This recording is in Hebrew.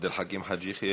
עבד אל חכים חאג' יחיא,